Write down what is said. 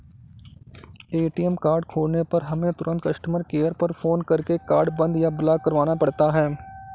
ATM card खोने पर हमें तुरंत कस्टमर केयर पर फ़ोन करके कार्ड बंद या ब्लॉक करवाना पड़ता है